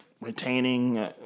Retaining